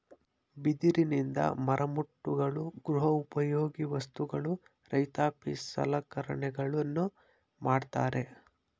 ಬಿದಿರಿನಿಂದ ಮರಮುಟ್ಟುಗಳು, ಗೃಹ ಉಪಯೋಗಿ ವಸ್ತುಗಳು, ರೈತಾಪಿ ಸಲಕರಣೆಗಳನ್ನು ಮಾಡತ್ತರೆ